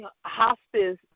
hospice